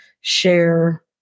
share